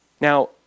Now